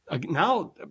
now